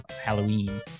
halloween